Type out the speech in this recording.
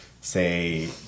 say